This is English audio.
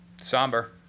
Somber